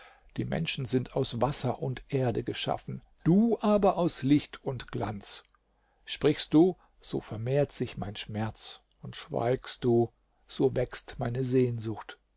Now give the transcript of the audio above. die menschen sind aus wasser und erde geschaffen du aber aus licht und glanz sprichst du so vermehrt sich mein schmerz und schweigst du so wächst meine sehnsucht